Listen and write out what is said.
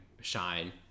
shine